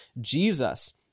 Jesus